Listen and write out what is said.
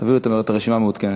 תביאו את הרשימה המעודכנת.